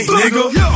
nigga